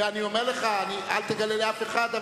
ואני אומר לך: אל תגלה לאף אחד,